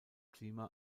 klima